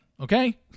Okay